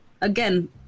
Again